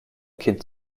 kind